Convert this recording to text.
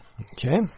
okay